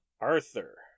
arthur